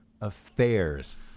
affairs